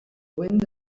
wind